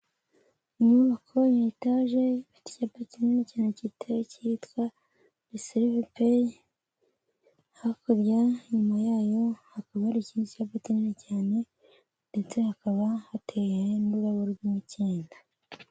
Inyubako ya etaje ifite icyapa kinini cyane giteye kitwa rezerivu peyi, hakurya inyuma yacyo hakaba hari ubusitani busa neza cyanendetse hakaba hateye n'ururabo rw'umukindo.